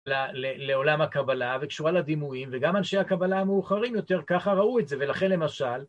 לעולם הקבלה וקשורה לדימויים, וגם אנשי הקבלה המאוחרים יותר ככה ראו את זה ולכן למשל